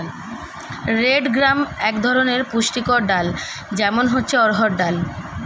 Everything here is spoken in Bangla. রেড গ্রাম এক ধরনের পুষ্টিকর ডাল, যেমন হচ্ছে অড়হর ডাল